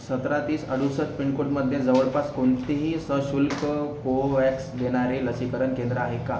सतरा तीस अडुसष्ट पिनकोडमधे जवळपास कोणतेही सशुल्क कोव्हॅक्स घेणारे लसीकरण केंद्र आहे का